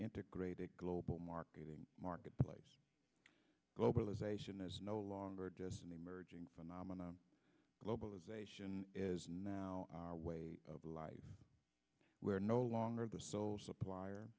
integrated global marketing marketplace globalization is no longer just an emerging phenomenon globalization is now our way of life we're no longer the sole supplier